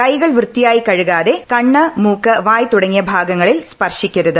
കൈകൾ വൃത്തിയായി കഴുകാതെ കണ്ണ് മൂക്ക് വായ് തുടങ്ങിയ ഭാഗങ്ങളിൽ സ്പർശിക്കരുത്